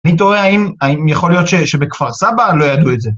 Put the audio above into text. אני טועה, האם יכול להיות שבכפר סבא לא ידעו את זה?